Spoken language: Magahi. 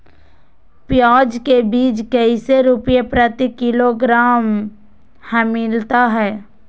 प्याज के बीज कैसे रुपए प्रति किलोग्राम हमिलता हैं?